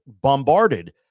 bombarded